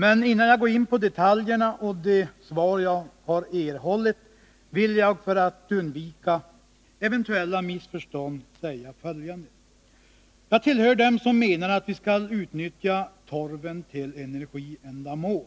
Men innan jag går in på detaljerna och det svar jag erhållit, vill jag för att undvika missförstånd säga följande. Jag tillhör dem som menar att vi skall utnyttja torven till energiändamål.